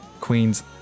queen's